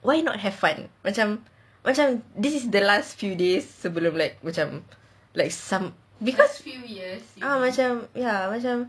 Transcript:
why not have fun macam macam this is the last few days sebelum like macam like some macam ya macam ya